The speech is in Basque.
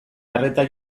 arreta